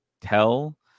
tell